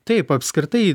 taip apskritai